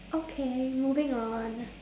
okay moving on